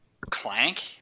Clank